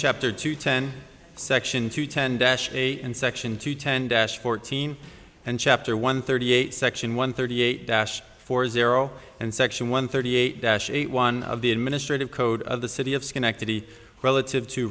chapter two ten section two ten dash eight and section two turned fourteen and chapter one thirty eight section one thirty eight dash four zero and section one thirty eight dash eight one of the administrative code of the city of schenectady relative to